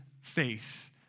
faith